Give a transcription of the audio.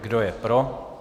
Kdo je pro?